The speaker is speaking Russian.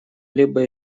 либо